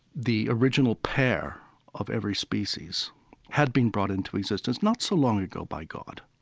the original pair of every species had been brought into existence not so long ago by god.